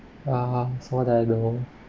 uh what I've known